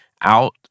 out